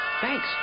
Thanks